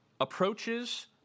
approaches